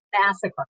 massacre